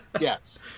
Yes